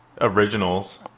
originals